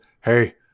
hey